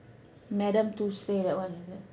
Madame Tussauds that one is it